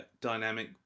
dynamic